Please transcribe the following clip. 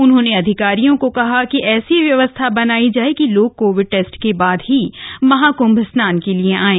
उन्होंने अधिकारियों को कहा कि ऐसी व्यवस्था बनायी जाय कि लोग कोविड टेस्ट के बाद ही क्म्भ स्नान के लिये आये